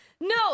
No